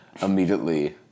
immediately